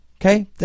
Okay